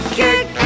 kick